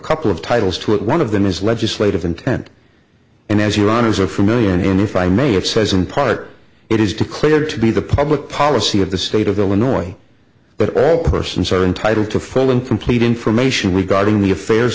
couple of titles to it one of them is legislative intent and as your honour's are familiar and even if i may of says in part it is declared to be the public policy of the state of illinois but all persons are entitled to full and complete information regarding the affairs